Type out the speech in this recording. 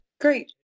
Great